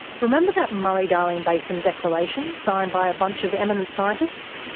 remember that murray-darling basin declaration, signed by a bunch of eminent scientists?